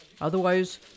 Otherwise